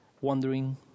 wondering